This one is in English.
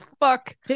fuck